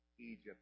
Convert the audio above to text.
Egypt